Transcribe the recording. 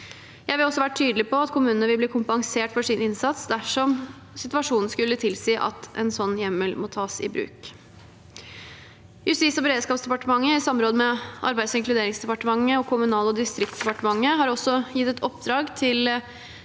Jeg vil også være tydelig på at kommunene vil bli kompensert for sin innsats dersom situasjonen skulle tilsi at en slik hjemmel må tas i bruk. Justis- og beredskapsdepartementet har, i samråd med Arbeids- og inkluderingsdepartementet og Kommunal- og distriktsdepartementet, også gitt et oppdrag til